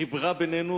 חיברה בינינו,